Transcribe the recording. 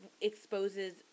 exposes